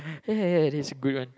ya ya ya this is good one